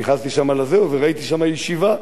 נכנסתי שם וראיתי שם ישיבה,